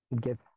get